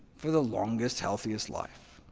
for the longest, healthiest life.